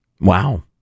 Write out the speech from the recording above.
Wow